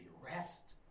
rest